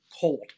cold